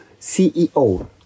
CEO